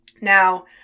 now